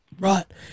Right